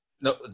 no